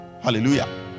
hallelujah